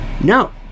No